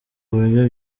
buryo